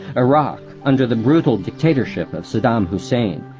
iraq, under the brutal dictatorship of saddam hussein,